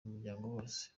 bose